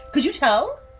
could you tell?